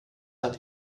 hat